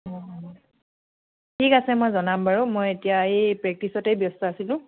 ঠিক আছে মই জনাম বাৰু মই এতিয়া এই প্ৰেক্টিছতেই ব্যস্ত আছিলোঁ